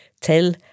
Tell